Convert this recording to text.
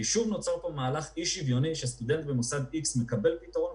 כי נוצר פה מהלך אי שוויוני שסטודנט ממוסד x מקבל פתרון,